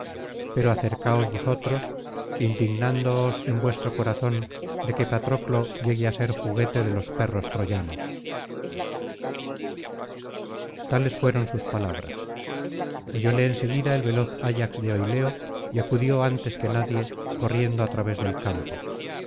pero acercaos vosotros indignándoos en vuestro corazón de que patroclo llegue á ser juguete de los perros troyanos tales fueron sus palabras oyóle en seguida el veloz ayax de oileo y acudió antes que nadie corriendo á través del campo